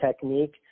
technique